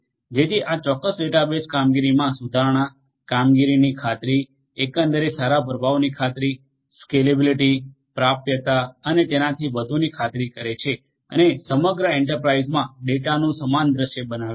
જેથી આ ચોક્કસ ડેટાબેઝ કામગીરીમાં સુધારણા કામગીરીની ખાતરી એકંદરે સારા પ્રભાવની ખાતરી સ્કેલેબિલીટી પ્રાપ્યતા અને તેનાથી વધુની ખાતરી કરે છે અને સમગ્ર એન્ટરપ્રાઇઝમાં ડેટાનું સમાન દૃશ્ય બનાવે છે